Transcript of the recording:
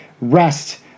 rest